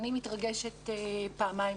אני היום מתרגשת פעמיים.